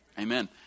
Amen